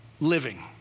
living